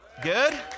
good